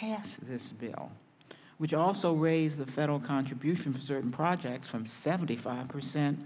passed this bill which also raise the federal contribution to certain projects from seventy five percent